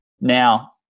Now